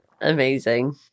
Amazing